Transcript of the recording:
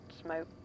smoke